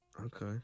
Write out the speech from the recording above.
okay